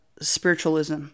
spiritualism